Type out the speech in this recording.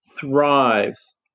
thrives